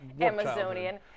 Amazonian